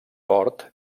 port